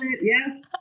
Yes